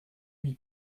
lui